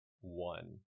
one